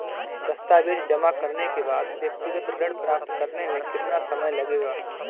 दस्तावेज़ जमा करने के बाद व्यक्तिगत ऋण प्राप्त करने में कितना समय लगेगा?